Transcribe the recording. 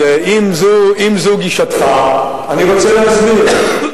אם זו גישתך, אני רוצה להסביר: